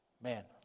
man